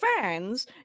fans